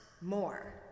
more